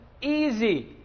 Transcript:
easy